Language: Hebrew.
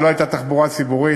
שלא הייתה בה תחבורה ציבורית,